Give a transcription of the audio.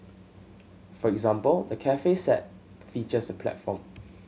for example the cafe set features a platform